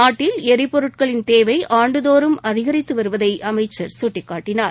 நாட்டில் எரிபொருட்களின் தேவை ஆண்டுதோறும் அதிகரித்து வருவதை அமைச்சர் சுட்டிகாட்டினார்